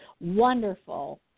wonderful